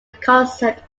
concept